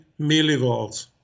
millivolts